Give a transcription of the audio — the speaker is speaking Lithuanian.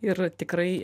ir tikrai